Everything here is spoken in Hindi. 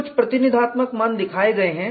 कुछ प्रतिनिधात्मक मान दिखाए गए हैं